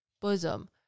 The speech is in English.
bosom